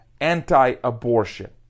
anti-abortion